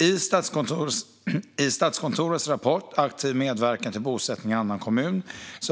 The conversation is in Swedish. I Statskontorets rapport Aktiv medverkan till bosättning i annan kommun